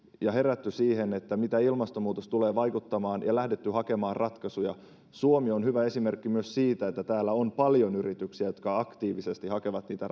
ja herätty siihen miten ilmastonmuutos tulee vaikuttamaan ja lähdetty hakemaan ratkaisuja suomi on hyvä esimerkki myös siitä että täällä on paljon yrityksiä jotka aktiivisesti hakevat niitä